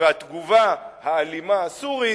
והתגובה האלימה הסורית,